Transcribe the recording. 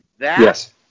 Yes